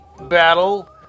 battle